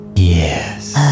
Yes